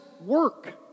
work